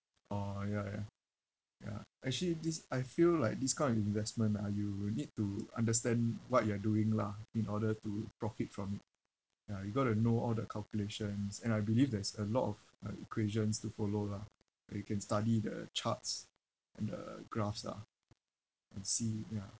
orh ya ya ya actually this I feel like this kind of investment ah you will need to understand what you are doing lah in order to profit from ya you got to know all the calculations and I believe there's a lot of uh equations to follow lah like you can study the charts and the graphs lah and see yeah